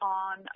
on